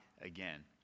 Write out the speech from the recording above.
again